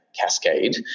Cascade